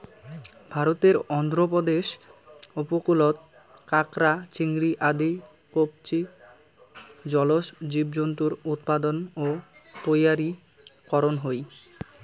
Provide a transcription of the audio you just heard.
ভারতর অন্ধ্রপ্রদেশ উপকূলত কাকড়া, চিংড়ি আদি কবচী জলজ জীবজন্তুর উৎপাদন ও তৈয়ারী করন হই